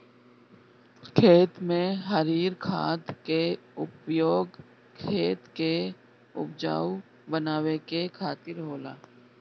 खेत में हरिर खाद के उपयोग खेत के उपजाऊ बनावे के खातिर होला